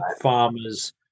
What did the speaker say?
farmers